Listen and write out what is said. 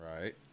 Right